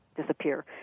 disappear